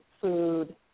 food